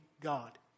God